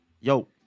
Yo